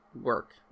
work